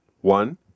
One